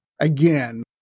again